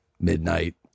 midnight